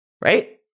right